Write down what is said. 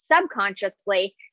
subconsciously